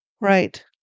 Right